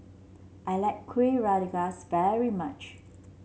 I like Kuih Rengas very much